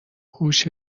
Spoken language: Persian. هوش